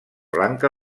blanca